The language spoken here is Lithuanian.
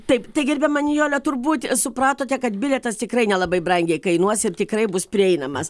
taip tai gerbiama nijole turbūt supratote kad bilietas tikrai nelabai brangiai kainuos ir tikrai bus prieinamas